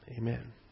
Amen